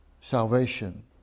salvation